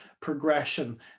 progression